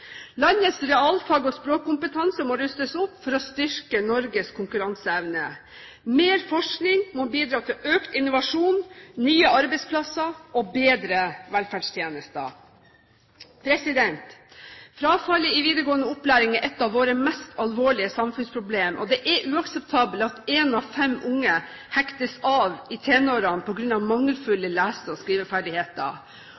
Landets realfags- og språkkompetanse må rustes opp for å styrke Norges konkurranseevne. Mer forskning må bidra til økt innovasjon, nye arbeidsplasser og bedre velferdstjenester. Frafallet i videregående opplæring er et av våre mest alvorlige samfunnsproblem. Det er uakseptabelt at én av fem unge hektes av i tenårene